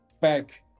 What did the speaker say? back